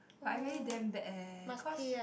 but I really damn bad eh cause